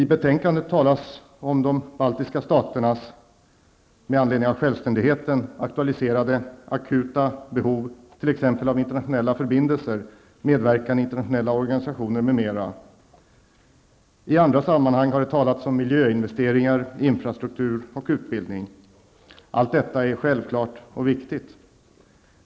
I betänkandet talas det om de baltiska staternas med anledning av självständigheten aktualiserade akuta behov av t.ex. internationella förbindelser, medverkan i internationella organisationer, m.m. I andra sammanhang har det talats om miljöinvesteringar, infrastruktur och utbildning. Allt detta är självklart och viktigt.